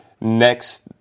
Next